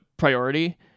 priority